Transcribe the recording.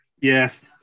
Yes